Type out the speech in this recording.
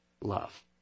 love